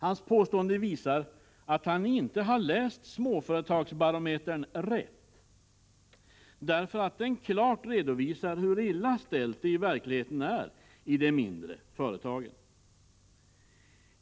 Hans påstående visar att han inte har läst Småföretagsbarometern rätt. Den redovisar klart hur illa ställt det i verkligheten är i de mindre företagen.